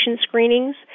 screenings